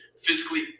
physically